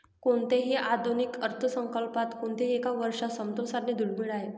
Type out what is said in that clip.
कोणत्याही आधुनिक अर्थसंकल्पात कोणत्याही एका वर्षात समतोल साधणे दुर्मिळ आहे